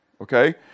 okay